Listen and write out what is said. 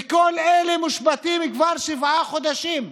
וכל אלה מושבתים כבר שבעה חודשים.